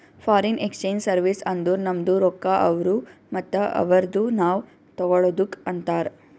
foreign exchange service ಅಂದುರ್ ನಮ್ದು ರೊಕ್ಕಾ ಅವ್ರು ಮತ್ತ ಅವ್ರದು ನಾವ್ ತಗೊಳದುಕ್ ಅಂತಾರ್